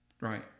Right